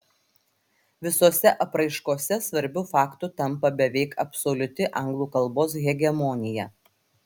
visose apraiškose svarbiu faktu tampa beveik absoliuti anglų kalbos hegemonija